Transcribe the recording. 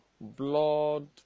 blood